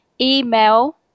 email